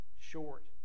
short